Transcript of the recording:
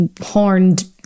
horned